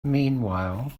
meanwhile